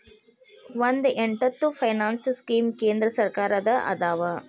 ಒಂದ್ ಎಂಟತ್ತು finance scheme ಕೇಂದ್ರ ಸರ್ಕಾರದ್ದ ಅದಾವ